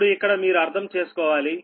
ఇప్పుడు ఇక్కడ మీరు అర్థం చేసుకోవాలి